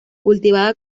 cultivada